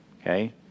okay